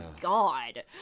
God